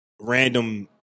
random